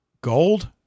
Gold